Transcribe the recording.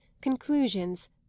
conclusions